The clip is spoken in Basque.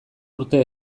urte